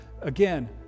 again